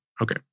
Okay